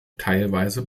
teilweise